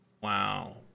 Wow